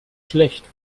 schlecht